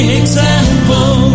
example